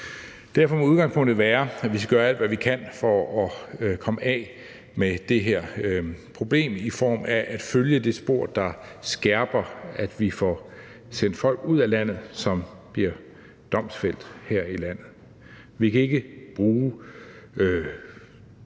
Derfor må udgangspunktet være, at vi skal gøre alt, hvad vi kan, for at komme af med det her problem i form af at følge det spor, der skærper, at vi får sendt folk ud af landet, som bliver domfældet her i landet. Vi kan ikke bruge